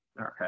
Okay